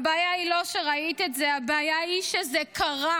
הבעיה היא לא שראית את זה, הבעיה היא שזה קרה.